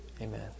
Amen